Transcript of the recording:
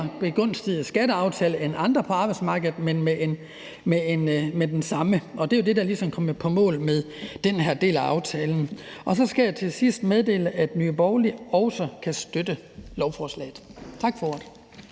begunstiget skatteaftale i forhold til andre på arbejdsmarkedet, men med den samme, og det er det, man ligesom er kommet i mål med med den her del af aftalen. Så skal jeg til sidst meddele, at Nye Borgerlige også kan støtte lovforslaget. Tak for